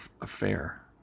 affair